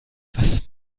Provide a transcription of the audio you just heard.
was